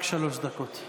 רק שלוש דקות.